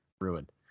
ruined